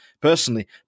personally